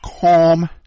calm